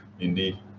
Indeed